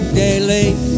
daily